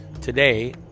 today